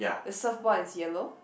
the surfboard is yellow